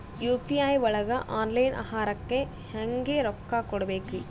UPI ಒಳಗ online ಆಹಾರಕ್ಕೆ ಹೆಂಗ್ ರೊಕ್ಕ ಕೊಡಬೇಕ್ರಿ?